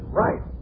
right